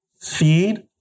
feed